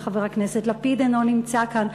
וחבר הכנסת לפיד אינו נמצא כאן,